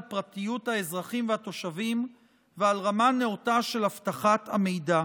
פרטיות האזרחים והתושבים ועל רמה נאותה של אבטחת המידע.